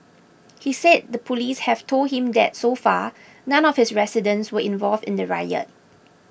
he said the police have told him that so far none of his residents were involved in the riot